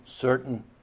certain